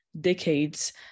decades